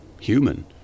human